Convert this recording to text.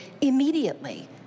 immediately